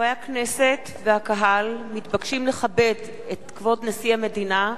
חברי הכנסת והקהל מתבקשים לכבד את כבוד נשיא המדינה.